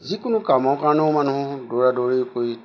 যিকোনো কামৰ কাৰণেও মানুহ দৌৰা দৌৰি কৰি